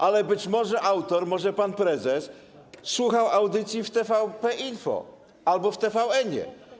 Ale być może autor, może pan prezes, słuchał audycji w TVP Info albo w TVN-ie.